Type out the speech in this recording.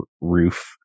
roof